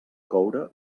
coure